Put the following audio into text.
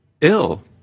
ill